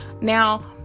Now